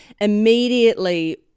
immediately